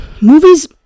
Movies